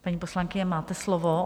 Paní poslankyně, máte slovo.